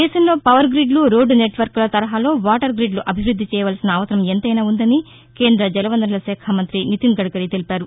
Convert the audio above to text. దేశంలో పవర్గిడ్లు రోడ్లు నెట్వర్గ్ల తరహాలో వాటర్గిడ్లు అభివృద్ది చేయవలసిన అవసరం ఎంతైన వుందని కేంద జలవనరుల శాఖామంతి నితిన్ గడ్యరీ తెలిపారు